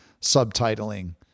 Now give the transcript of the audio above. subtitling